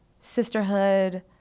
sisterhood